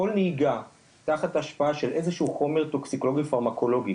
כל השפעה של איזה שהוא חומר טוקסיקולוגי פרמקולוגי